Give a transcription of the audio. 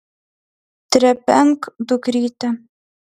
trepenk dukryte